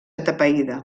atapeïda